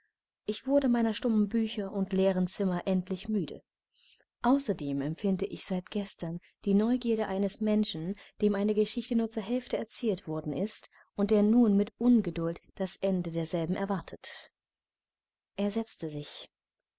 ich wurde meiner stummen bücher und leeren zimmer endlich müde außerdem empfinde ich seit gestern die neugierde eines menschen dem eine geschichte nur zur hälfte erzählt worden ist und der nun mit ungeduld das ende derselben erwartet er setzte sich